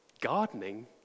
gardening